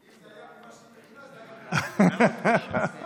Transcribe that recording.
אם זה היה ממה שהיא מכינה, זה יהיה לרוחי.